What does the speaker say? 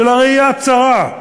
של הראייה הצרה,